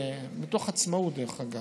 מתוך עצמאות, דרך אגב: